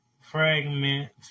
fragment